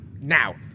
Now